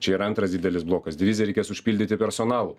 čia yra antras didelis blokas diviziją reikės užpildyti personalu